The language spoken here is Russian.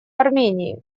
армении